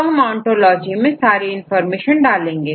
तो हम ओंटोलॉजी में सारी इनफार्मेशन डालेंगे